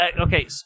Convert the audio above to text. okay